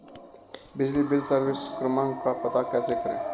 बिजली bill service क्रमांक का पता कैसे करें?